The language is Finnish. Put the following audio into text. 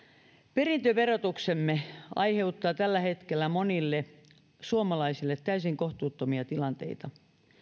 perintöverotuksemme aiheuttaa tällä hetkellä monille suomalaisille täysin kohtuuttomia tilanteita